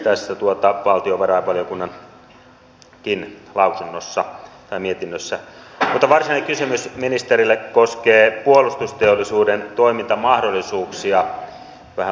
kaiken kaikkiaan toivon että käytämme sellaista kieltä että kaikki ymmärtävät sen samalla tavalla